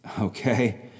okay